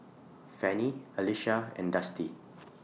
Fanny Alysha and Dusty